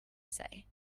say